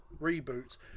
Reboots